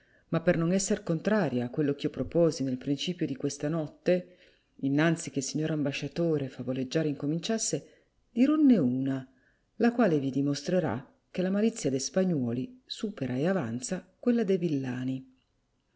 ma per non esser contraria a quello ch'io proposi nel principio di questa notte innanzi che signor ambasciatore favoleggiare incominciasse dironne una la quale vi dimostrerà che la malizia de spagnuoli supera e avanza quella de villani